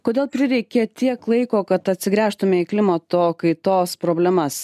kodėl prireikė tiek laiko kad atsigręžtume į klimato kaitos problemas